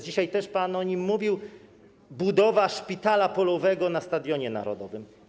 Dzisiaj też pan o nim mówił, chodzi o budowę szpitala polowego na Stadionie Narodowym.